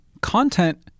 content